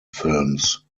films